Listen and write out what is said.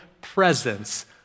presence